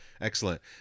Excellent